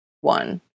one